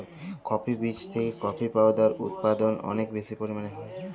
coffee বীজ থেকে coffee powder উদপাদল অলেক বেশি পরিমালে হ্যয়